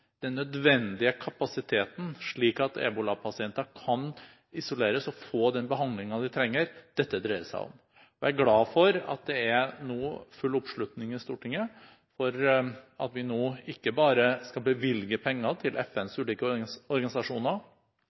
den nødvendige kapasiteten nå, slik at ebolapasienter kan isoleres og få den behandlingen de trenger, er det det dreier seg om. Jeg er glad for at det er full oppslutning i Stortinget om at vi nå ikke bare skal bevilge penger til FNs ulike organisasjoner